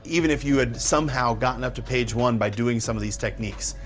even if you had somehow gotten up to page one by doing some of these techniques,